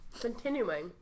Continuing